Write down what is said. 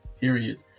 period